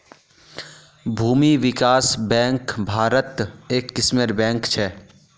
भूमि विकास बैंक भारत्त एक किस्मेर बैंक छेक